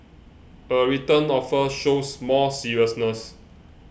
a written offer shows more seriousness